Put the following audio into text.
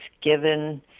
given